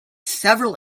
several